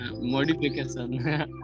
Modification